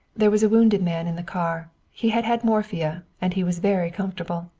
there was a wounded man in the car. he had had morphia and he was very comfortable.